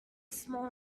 small